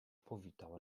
powitał